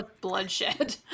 bloodshed